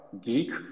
geek